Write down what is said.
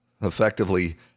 effectively